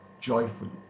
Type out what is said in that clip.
joyfully